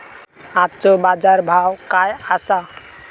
आजचो बाजार भाव काय आसा?